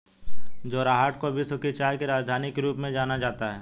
जोरहाट को विश्व की चाय की राजधानी के रूप में जाना जाता है